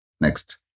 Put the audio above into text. Next